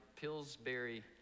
Pillsbury